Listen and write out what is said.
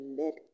let